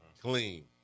Clean